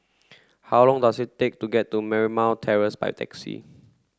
how long does it take to get to Marymount Terrace by taxi